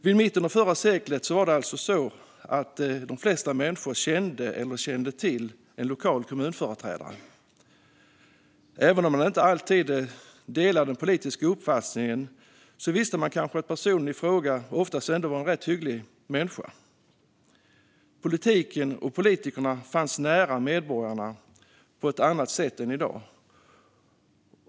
Vid mitten av förra seklet var det alltså så att de flesta människor kände eller kände till en lokal kommunföreträdare. Även om man inte alltid delade politisk uppfattning visste man kanske att personen i fråga oftast ändå var en rätt hygglig människa. Politiken och politikerna fanns nära medborgarna på ett annat sätt än i dag.